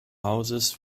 hauses